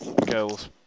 girls